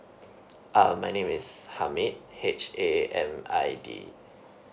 um my name is hamid h a m i d